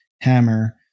hammer